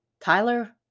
Tyler